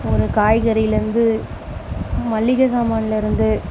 ஒரு காய்கறியிலேந்து மளிக சாமான்லேருந்து